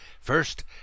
First